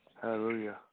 Hallelujah